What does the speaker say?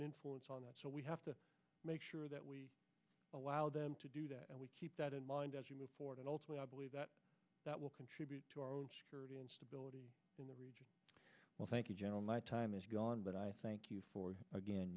an influence on that so we have to make sure that we allow them to do that and we keep that in mind as you reported elsewhere i believe that that will contribute to our own security and stability in the region well thank you general my time is gone but i thank you for again